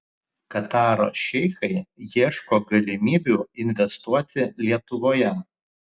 kataro šeichai ieško galimybių investuoti lietuvoje